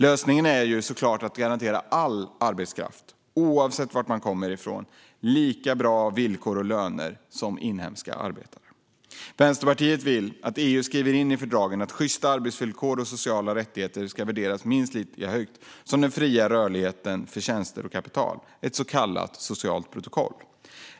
Lösningen är såklart att garantera all arbetskraft, oavsett varifrån den kommer, lika bra villkor och löner som inhemska arbetare. Vänsterpartiet vill att EU skriver in i fördragen att sjysta arbetsvillkor och sociala rättigheter ska värderas minst lika högt som den fria rörligheten för tjänster och kapital - ett så kallat socialt protokoll.